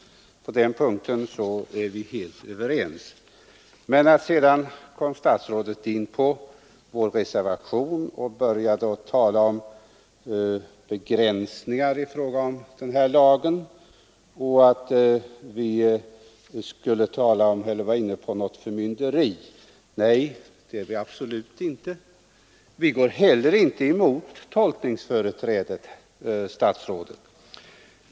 På den punkten är vi helt överens. Sedan kom statsrådet in på vår reservation och började tala om begränsningar i fråga om den här lagen och att vi var inne på något slags förmynderi. Det är vi absolut inte. Vi går heller inte emot tolkningsföreträdet.